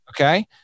Okay